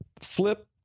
Flip